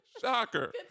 Shocker